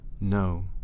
no